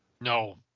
no